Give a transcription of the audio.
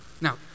Now